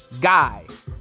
guys